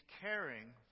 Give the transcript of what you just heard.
caring